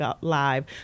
live